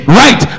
right